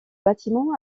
bâtiment